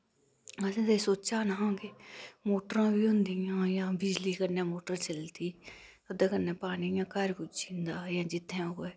असैं ते सोचा नेहां के मोटरां बी होंदियां जां बिजली कन्नै मोटर चलदी ओह्दै कन्नै पानी इ'यां घर पुज्जी जंदा जां जित्थें होऐ